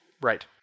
Right